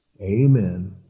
Amen